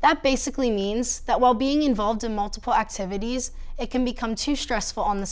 that basically means that while being involved in multiple activities it can become too stressful on the